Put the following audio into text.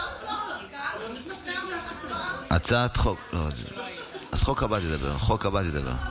אז בחוק הבא תדבר, בחוק הבא תדבר.